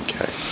Okay